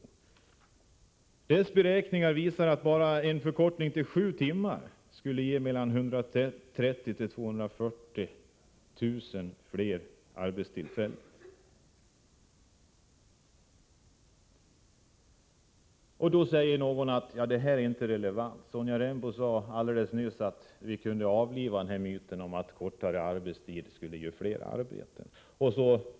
Gruppen beräknar att enbart en förkortning till sju timmar skulle ge mellan 130 000 och 240 000 fler arbetstillfällen. Då säger någon att det här inte är relevant. Sonja Rembo sade alldeles nyss att vi kunde avliva myten om att kortare arbetstid skulle ge fler arbeten.